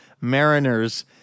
Mariners